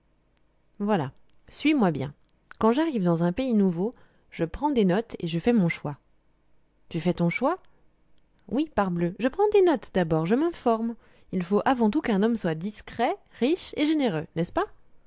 voilà suis-moi bien quand j'arrive dans un pays nouveau je prends des notes et je fais mon choix tu fais ton choix oui parbleu je prends des notes d'abord je m'informe il faut avant tout qu'un homme soit discret riche et généreux n'est-ce pas